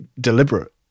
deliberate